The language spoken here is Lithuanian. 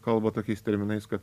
kalba tokiais terminais kad